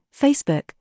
Facebook